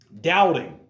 doubting